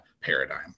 paradigm